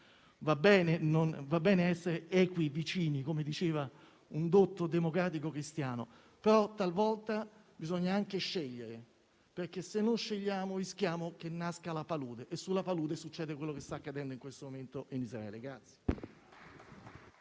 Va bene essere equi e vicini, come diceva un dotto democratico cristiano, ma talvolta bisogna anche scegliere, perché, se non scegliamo, rischiamo che nasca la palude. E nella palude succede quello che sta accadendo in questo momento in Israele.